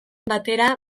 batera